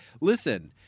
Listen